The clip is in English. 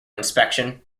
inspection